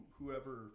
Whoever